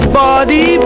body